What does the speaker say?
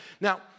Now